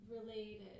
related